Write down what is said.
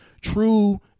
true